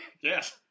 yes